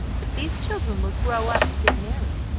but these children will grow up and get married,